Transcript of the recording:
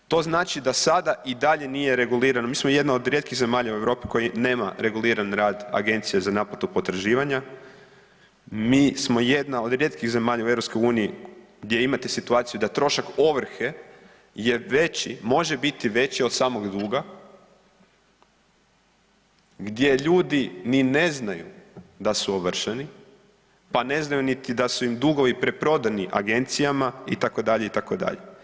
To znači da sada i dalje nije regulirano, mi smo jedna od rijetkih zemalja u Europi koji nema reguliran rad agencija za naplatu potraživanja, mi smo jedna od rijetkih zemalja u EU gdje imate situaciju da trošak ovrhe je veći, može biti veći od samog duga, gdje ljudi ni ne znaju da su ovršeni, pa ne znaju da su im dugovi preprodani agencijama, itd., itd.